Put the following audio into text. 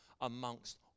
amongst